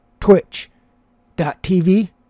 Twitch.tv